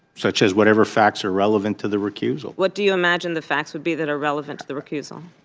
such as whatever facts are relevant to the recusal what do you imagine the facts would be that are relevant to the recusal?